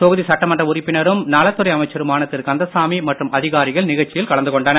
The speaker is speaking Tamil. தொகுதி சட்டமன்ற உறுப்பினரும் நலத்துறை அமைச்சருமான திரு கந்தசாமி மற்றும் அதிகாரிகள் கலந்துகொண்டனர்